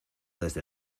desde